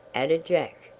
added jack,